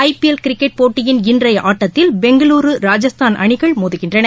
ஐ PL cricket போட்டியின் இன்றையஆட்டத்தில் பெங்களுரு ராஜஸ்தான் அனிகள் மோதுகின்றன